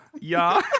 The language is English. Ja